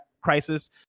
crisis